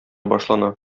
башлана